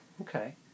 Okay